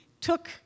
took